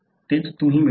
तेच तुम्ही मिळवता